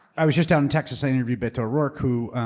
i was just down in texas. i interviewed beto o'rourke, who